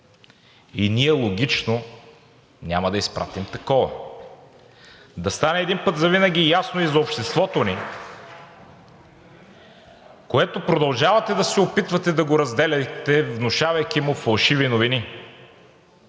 от „Има такъв народ“.) Да стане един път завинаги ясно и за обществото ни, което продължавате да се опитвате да го разделяте, внушавайки му фалшиви новини.